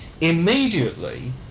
immediately